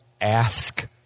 ask